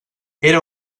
era